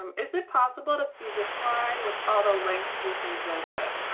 um is it possible to see the slide with all the links we can visit.